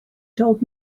told